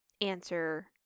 answer